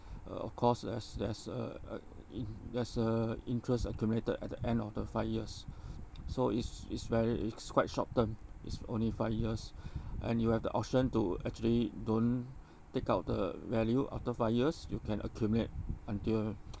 uh of course there's there's a uh int there's a interest accumulated at the end of the five years so it's it's very it's quite short term it's only five years and you have the option to actually don't take out the value after five years you can accumulate until